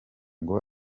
ngo